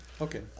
Okay